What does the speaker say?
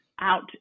out